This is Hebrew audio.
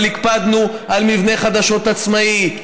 אבל הקפדנו על מבנה חדשות עצמאי,